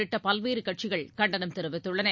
உள்ளிட்ட பல்வேறு கட்சிகள் கண்டனம் தெரிவித்துள்ளன